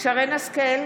שרן מרים השכל,